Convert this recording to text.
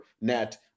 net